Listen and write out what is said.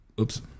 Oops